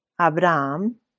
Abraham